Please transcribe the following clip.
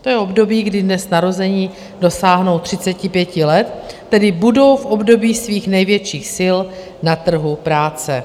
To je období, kdy dnes narození dosáhnou 35 let, tedy budou v období svých největších sil na trhu práce.